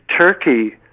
Turkey